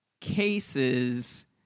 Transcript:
cases